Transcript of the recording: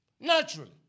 naturally